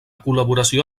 col·laboració